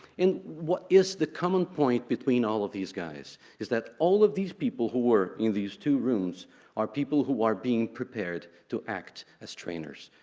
what is the common point between all of these guys is that all of these people who were in these two rooms are people who are being prepared to act as trainers.